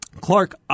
Clark